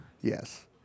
Yes